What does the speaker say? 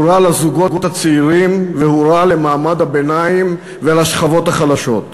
הוא רע לזוגות הצעירים והוא רע למעמד הביניים ולשכבות החלשות.